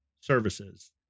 services